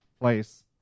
place